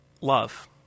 love